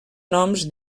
noms